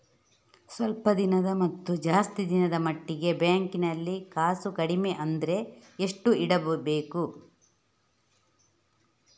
ಸ್ವಲ್ಪ ದಿನದ ಮತ್ತು ಜಾಸ್ತಿ ದಿನದ ಮಟ್ಟಿಗೆ ಬ್ಯಾಂಕ್ ನಲ್ಲಿ ಕಾಸು ಕಡಿಮೆ ಅಂದ್ರೆ ಎಷ್ಟು ಇಡಬೇಕು?